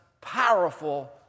powerful